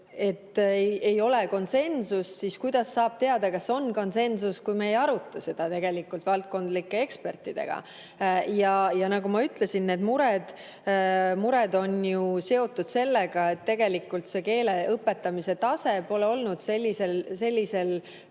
et ei ole konsensust, siis kuidas saab teada, kas on konsensust, kui me ei aruta seda valdkonna ekspertidega. Nagu ma ütlesin, need mured on seotud sellega, et keele õpetamise tase pole olnud sellisel